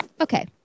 Okay